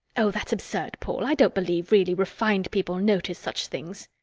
oh, that's absurd, paul i don't believe really refined people notice such things.